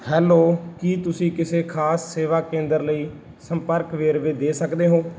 hello ਕੀ ਤੁਸੀਂ ਕਿਸੇ ਖਾਸ ਸੇਵਾ ਕੇਂਦਰ ਲਈ ਸੰਪਰਕ ਵੇਰਵੇ ਦੇ ਸਕਦੇ ਹੋ